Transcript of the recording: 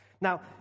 Now